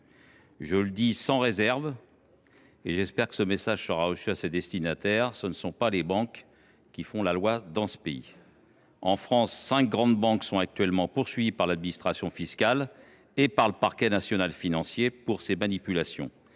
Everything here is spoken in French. Je le dis sans équivoque, et j’espère que le message sera bien entendu par ses destinataires : ce ne sont pas les banques qui font la loi dans ce pays ! En France, cinq grandes banques sont actuellement poursuivies par l’administration fiscale et par le parquet national financier (PNF) pour de telles manipulations,